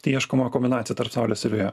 tai ieškoma kombinacija tarp saulės ir vėjo